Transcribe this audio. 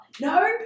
No